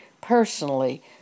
personally